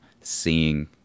seeing